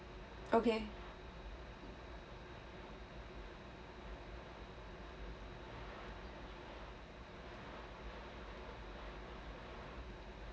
okay